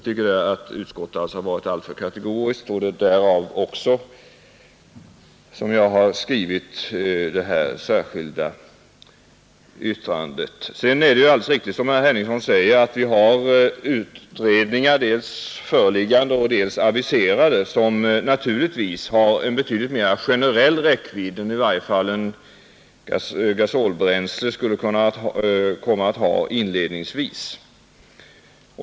Det är alldeles riktigt som herr Henningsson säger, att utredningar pågår och att andra utredningsförslag har kommit. De har naturligtvis en betydligt mer generell räckvidd än vad i varje fall en gasolbränslefavorisering skulle komma att ha inledningsvis.